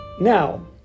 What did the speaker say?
now